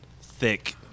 thick